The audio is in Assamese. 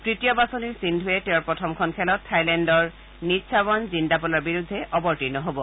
তৃতীয় বাছনিৰ সিদ্ধুৱে তেওঁৰ প্ৰথমখন খেলত থাইলেণ্ডৰ নীটচাৱন জিণ্ডাপলৰ বিৰুদ্ধে অৱতীৰ্ণ হব